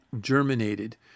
germinated